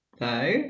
No